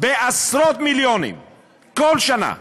בעשרות מיליונים בכל שנה.